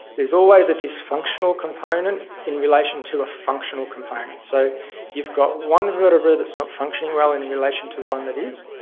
there's always a dysfunctional component in relation to a functional component. so you've got one vertebra that's not functioning well in relation to one that is,